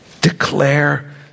Declare